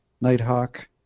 Nighthawk